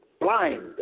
Blind